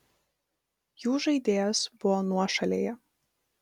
jų žaidėjas buvo nuošalėje